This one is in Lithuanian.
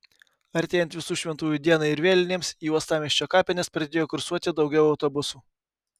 artėjant visų šventųjų dienai ir vėlinėms į uostamiesčio kapines pradėjo kursuoti daugiau autobusų